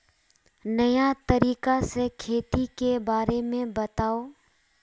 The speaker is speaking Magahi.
नया तरीका से खेती के बारे में बताऊं?